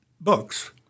books